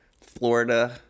Florida